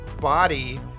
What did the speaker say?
body